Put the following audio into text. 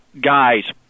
guys